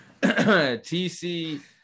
TC